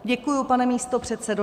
Děkuji, pane místopředsedo.